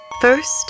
First